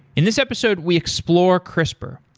in this episode, we explore crispr,